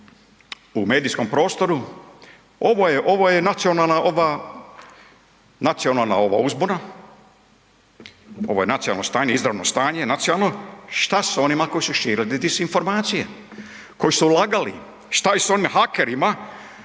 u medijskom prostoru? Ovo je nacionalna uzbuna, ovo je nacionalno stanje, izvanredno stanje, nacionalno, šta s onima koji su širili disinformacije? Koji su lagali? Šta je sa onim hakerima